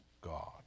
God